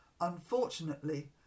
Unfortunately